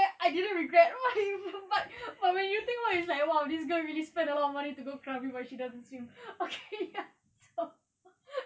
I I didn't regret why I even but when you think !wah! it's like !wow! this girl really spend a lot of money to go krabi when she doesn't swim or kayak so